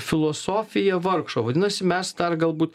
filosofija vargšo vadinasi mes dar galbūt